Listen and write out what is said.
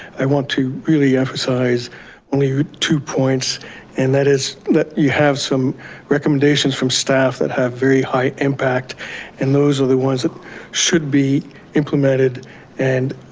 i want to really emphasize only two points and that is that you have some recommendations from staff that have very high impact and those are the ones that should be implemented and